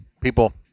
people